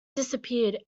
disappeared